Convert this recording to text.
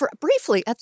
briefly